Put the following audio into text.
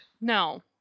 No